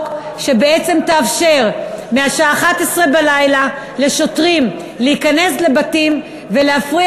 שבעצם תאפשר לשוטרים מהשעה 00:23 להיכנס לבתים ולהפסיק